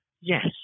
Yes